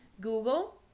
Google